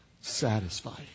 satisfied